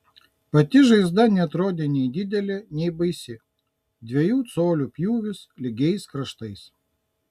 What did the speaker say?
pati žaizda neatrodė nei didelė nei baisi dviejų colių pjūvis lygiais kraštais